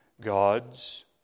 gods